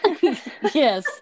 Yes